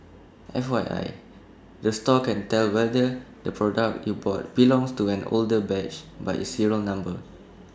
F Y I the store can tell whether the product you bought belongs to an older batch by its serial number